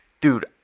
dude